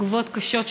תגובות קשות,